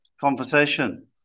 conversation